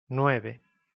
nueve